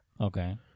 Okay